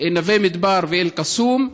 נווה מדבר ואל-קסום.